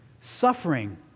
Suffering